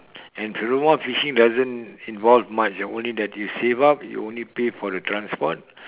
and furthermore fishing doesn't involve much only that you save up you only pay for the transport